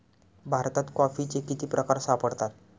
भारतात कॉफीचे किती प्रकार सापडतात?